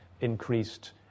increased